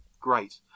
Great